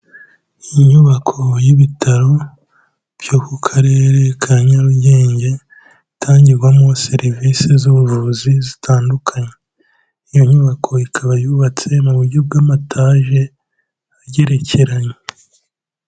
Inyubako y'ibitaro, byo ku Karere ka Nyarugenge, itangirwamo serivisi z'ubuvuzi zitandukanye. Iyo nyubako ikaba yubatse mu buryo bw'amataje agerekeranye.